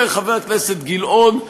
אומר חבר הכנסת גילאון,